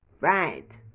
Right